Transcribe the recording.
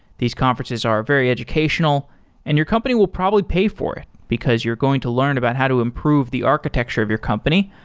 these conferences are very educational and your company will probably pay for it, because you're going to learn about how to improve the architecture of your company.